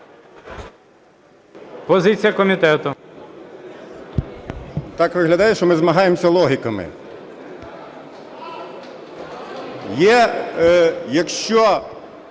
Так виглядає, що ми змагаємося логіками. Якщо